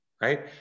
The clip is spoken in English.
Right